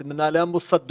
אצל מנהלי המוסדות,